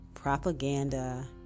Propaganda